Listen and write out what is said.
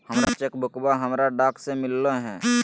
हमर चेक बुकवा हमरा डाक से मिललो हे